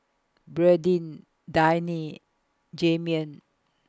Bradyn Dayne and Jahiem